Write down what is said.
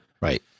right